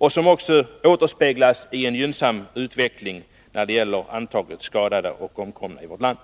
vilket också återspeglas i en gynnsam utveckling när det gäller antalet skadade och omkomna i trafiken.